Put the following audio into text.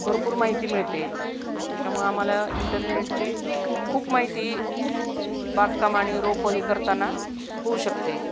भरपूर माहिती मिळते त्याच्यामुळं आम्हाला इंटरनेटची खूप माहिती बागकाम आणि रोपं हे करताना होऊ शकते